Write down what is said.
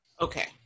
Okay